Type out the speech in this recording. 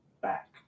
back